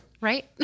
right